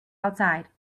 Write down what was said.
outside